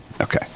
okay